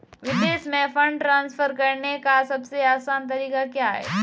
विदेश में fund transfer करने का सबसे आसान तरीका क्या है?